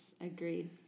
agreed